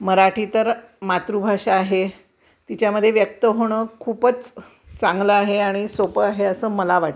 मराठी तर मातृभाषा आहे तिच्यामध्ये व्यक्त होणं खूपच चांगलं आहे आणि सोपं आहे असं मला वाटतं